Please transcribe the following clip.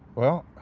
well,